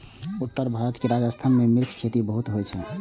उत्तर भारत के राजस्थान मे मिर्च के खेती बहुत होइ छै